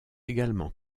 également